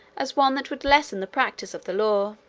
as one that would lessen the practice of the law.